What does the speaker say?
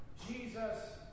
Jesus